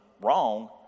wrong